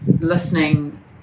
listening